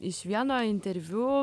iš vieno interviu